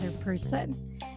person